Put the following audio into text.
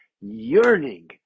yearning